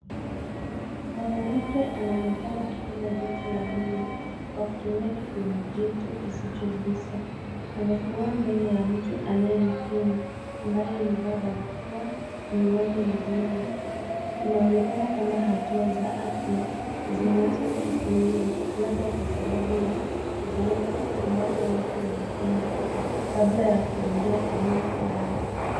MWanamke anaonekana akipimwa joto la mwili kwa kutumia kipima joto kisichogusa. Anasimama mbele ya mtu anayempima ambaye amevaa barakoa, miwani na glovu. Inaonekana kama hatua za afya zinazochukuliwa labda kwa sababu ya janga ambapo watu wanapimwa kabla ya kuingia eneo flani.